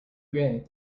gray